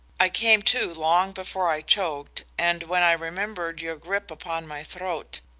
i came to long before i choked, and when i remembered your grip upon my throat,